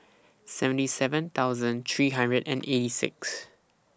seventy seven thousand three hundred and eighty six